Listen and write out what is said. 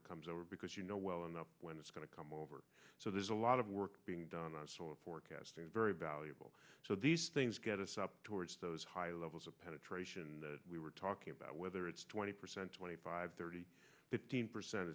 it comes over because you know well enough when it's going to come over so there's a lot of work being done on solar forecasting very valuable so these things get us up towards those high levels of penetration that we were talking about whether it's twenty percent twenty five thirty fifteen percent